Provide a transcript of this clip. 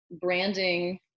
branding